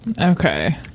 Okay